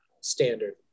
standard